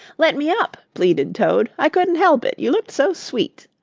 let me up, pleaded toad. i couldn't help it, you looked so sweet.